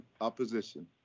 opposition